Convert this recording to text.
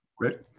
right